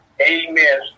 Amen